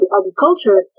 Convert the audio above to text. agriculture